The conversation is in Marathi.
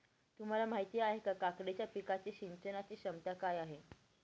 तुम्हाला माहिती आहे का, काकडीच्या पिकाच्या सिंचनाचे क्षमता काय आहे?